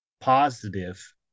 positive